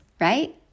right